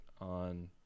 on